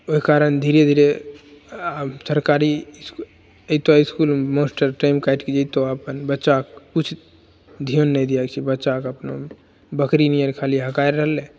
ओहि कारण धीरे धीरे आब सरकारी एतय इसकुलमे मास्टर टाइम काटिकऽ जेतऽ अपन बच्चा किछु ध्यान नहि दैत छै बच्चाके अपनामे बकरी नियन खाली हकारि रहलै